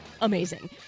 Amazing